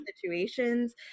situations